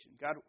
God